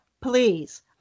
please